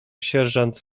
sierżant